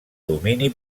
domini